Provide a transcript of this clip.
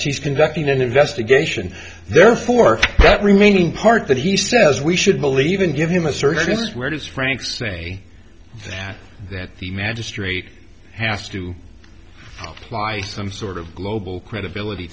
is he's conducting an investigation therefore that remaining part that he says we should believe in give him a service where does frank say that that the magistrate has to lie some sort of global credibility